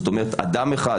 זאת אומרת שאדם אחד,